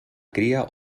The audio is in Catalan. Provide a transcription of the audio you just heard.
cria